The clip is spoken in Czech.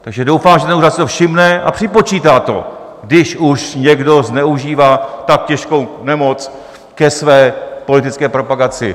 Takže doufám, že ten úřad si toho všimne a připočítá to, když už někdo zneužívá tak těžkou nemoc ke své politické propagaci.